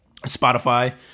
spotify